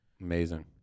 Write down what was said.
Amazing